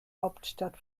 hauptstadt